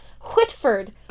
Whitford